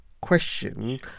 question